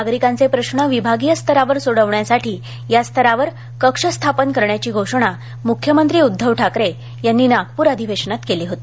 नागरिकांचे प्रश्न विभागीय स्तरावर सोडविण्यासाठी या स्तरावर कक्ष स्थापन करण्याची घोषणा मुख्यमंत्री उद्धव ठाकरे यांनी नागपूर अधिवेशनात केली होती